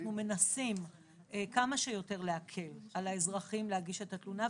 אנחנו מנסים כמה שיותר להקל על האזרחים להגיש את התלונה,